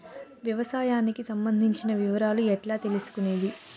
వ్యవసాయానికి సంబంధించిన వివరాలు ఎట్లా తెలుసుకొనేది?